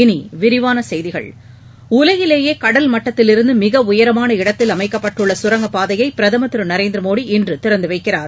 இனி விரிவான செய்திகள் உலகிலேயே கடல் மட்டத்திலிருந்து மிக உயரமான இடத்தில் அமைக்கப்பட்டுள்ள சுரங்ப்பாதையை பிரதமர் திரு நரேந்திர மோடி இன்று திறந்து வைக்கிறார்